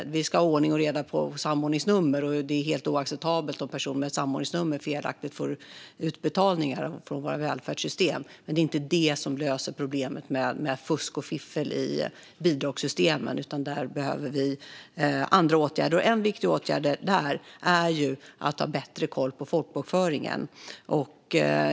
Vi ska ha ordning och reda på samordningsnumren och det är helt oacceptabelt om personer med samordningsnummer felaktigt får utbetalningar från våra välfärdssystem, men det är inte detta som löser problemet med fusk och fiffel i bidragssystemen. Där behöver vi andra åtgärder. En viktig åtgärd är att ha bättre koll på folkbokföringen.